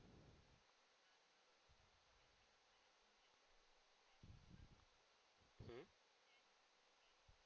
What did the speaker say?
mmhmm